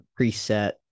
preset